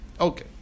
Okay